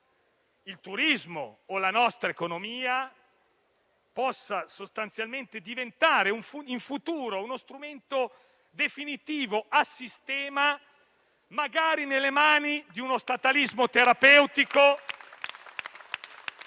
il turismo e la nostra economia, possa diventare in futuro uno strumento definitivo, a sistema, magari nelle mani di uno statalismo terapeutico